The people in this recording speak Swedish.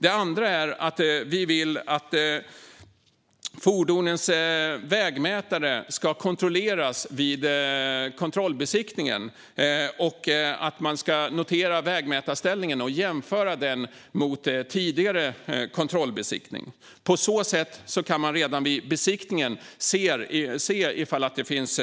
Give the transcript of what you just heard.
Det andra är att vi vill att fordonens vägmätare ska kontrolleras vid kontrollbesiktningen och att man ska notera vägmätarställningen och jämföra den med den tidigare kontrollbesiktningen. På så sätt kan man redan vid besiktningen se om det finns